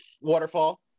waterfall